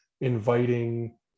inviting